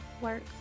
work